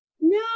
No